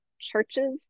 churches